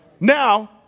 Now